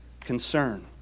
concern